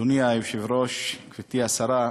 אדוני היושב-ראש, גברתי השרה,